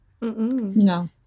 No